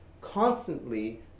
constantly